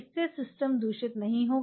इससे सिस्टम दूषित नहीं होगा